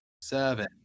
Seven